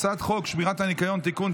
הצעת חוק שמירת הניקיון (תיקון,